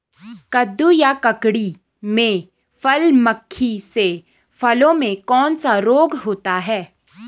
कद्दू या ककड़ी में फल मक्खी से फलों में कौन सा रोग होता है?